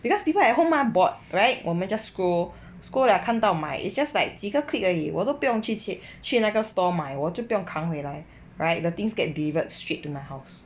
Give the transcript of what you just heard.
because people at home mah bored right 我们 just scroll scroll liao 看到买 it's just like 几个 click 而已我都不用去 去那个 store 买我就不用扛回来 right the things get delivered straight to my house